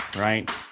right